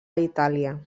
itàlia